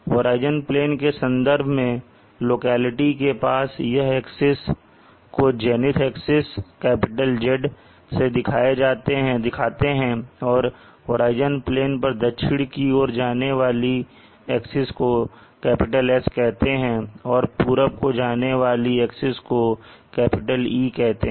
horizon plane के संदर्भ में लोकेलिटी के पास यह एक्सिस को जेनिथ एक्सिस Z से दिखाते हैं और होराइजन प्लेन पर दक्षिण को जाने वाली एक्सिस को S कहते हैं और पूरब को जाने वाली एक्सिस को पूरब "E" कहते हैं